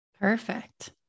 Perfect